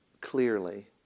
clearly